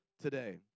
today